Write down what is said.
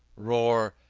roar,